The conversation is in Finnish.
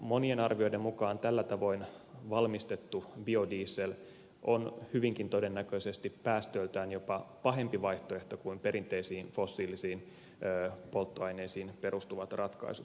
monien arvioiden mukaan tällä tavoin valmistettu biodiesel on hyvinkin todennäköisesti päästöiltään jopa pahempi vaihtoehto kuin perinteisiin fossiilisiin polttoaineisiin perustuvat ratkaisut